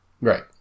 right